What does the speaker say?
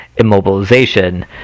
immobilization